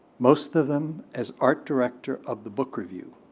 most of them as art director of the book review.